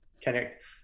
connect